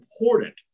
important